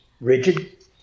rigid